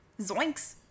Zoinks